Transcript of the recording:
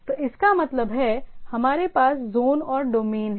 तो इसका मतलब है हमारे पास ज़ोन और डोमेन हैं